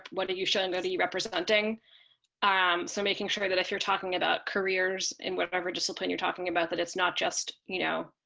what are you showing that you're representing ah um so making sure that if you're talking about careers in whatever discipline you're talking about that. it's not just, you know,